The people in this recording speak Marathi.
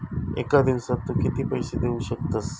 एका दिवसात तू किती पैसे देऊ शकतस?